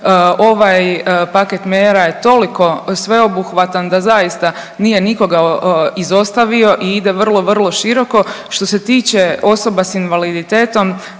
Ovaj paket mjera je toliko sveobuhvatan da zaista nije nikoga izostavio i ide vrlo, vrlo široko. Što se tiče osoba s invaliditetom